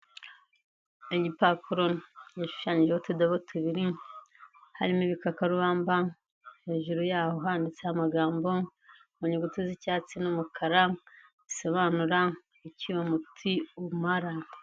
Igipapuro yashushanyijeho utudobo tubiri, harimo ibikakarubamba, hejuru yaho handitseho amagambo mu nyuguti z'icyatsi n'umukara, bisobanura icyo uyu muti umara.